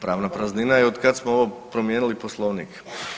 Pravna praznina je otkad smo ovo promijenili Poslovnik.